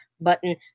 button